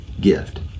gift